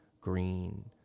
green